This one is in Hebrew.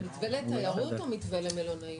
זה מתווה לתיירות או מתווה למלונאים?